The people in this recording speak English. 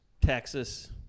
Texas